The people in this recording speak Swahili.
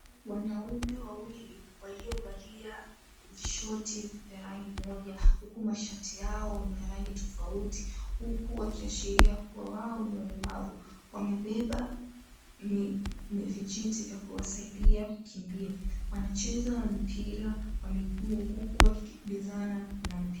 Wanaume wawili waliovalia vishoti vya rangi moja huku mashati yao ni ya rangi tofauti, huku wakiashiria kua wao ni walemavu, wamebeba vijiti vya kuwasaidia kukimbia. Wanacheza mpira wa miguu huku wakikimbizana na mpira.